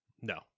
No